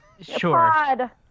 Sure